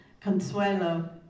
Consuelo